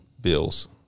bills